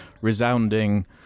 resounding